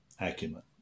acumen